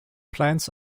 plans